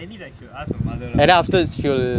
maybe I should ask my mother lah